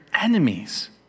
enemies